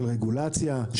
של רגולציה,